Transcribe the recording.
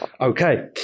Okay